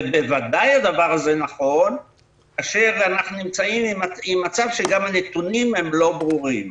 ובוודאי הדבר הזה נכון כאשר אנחנו נמצאים במצב שגם הנתונים לא ברורים.